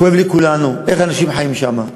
כואב לכולנו איך אנשים חיים שם.